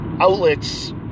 outlets